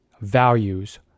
values